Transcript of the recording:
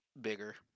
bigger